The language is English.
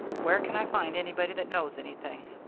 where can i find anybody that knows anything?